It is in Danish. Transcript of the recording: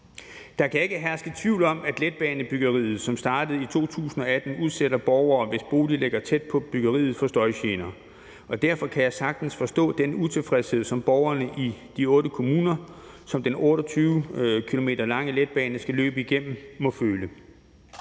Der kan ikke herske tvivl om, at letbanebyggeriet, som startede i 2018, udsætter borgere, hvis bolig ligger tæt på byggeriet, for støjgener, og derfor kan jeg sagtens forstå den utilfredshed, som borgerne i de otte kommuner, som den 28 km lange letbane skal løbe igennem, må føle.